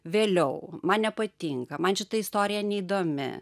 vėliau man nepatinka man šita istorija neįdomi